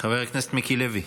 חבר הכנסת מיקי לוי,